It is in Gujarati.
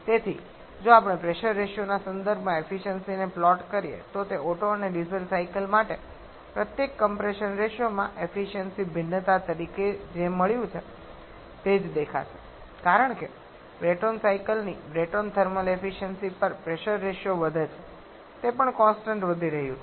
તેથી જો આપણે પ્રેશર રેશિયો ના સંદર્ભમાં એફિસયન્સિને પ્લોટ કરીએ તો તે ઓટ્ટો અને ડીઝલ સાયકલ માટે પ્રત્યેક કમ્પ્રેશન રેશિયોમાં એફિસયન્સિ ભિન્નતા તરીકે જે મળ્યું છે તે જ દેખાશે કારણ કે બ્રેટોન સાયકલ ની બ્રેટોન થર્મલ એફિસયન્સિ પર પ્રેશર રેશિયો વધે છે તે પણ કોન્સટંટ વધી રહ્યું છે